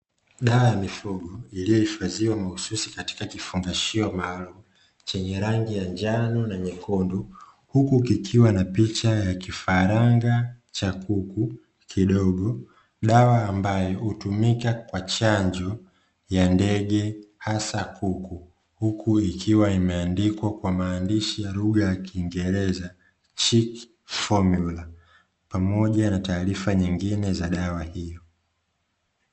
Kifuko kidogo iliyohifadhiwa mahususi katika kifungashio maalum chenye rangi ya njano na nyekundu, huku kikiwa na picha ya kifaranga cha kuku wadogo, dawa ambayo hutumika kwa chanjo ya ndege hasa kuku huku ikiwa imeandikwa kwa maandishi ya lugha ya kiingereza "Chilk Formula" pamoja na taarifa nyingine za dawa hiyo.